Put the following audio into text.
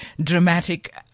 dramatic